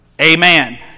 Amen